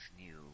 new